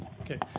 Okay